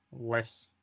less